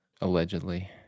allegedly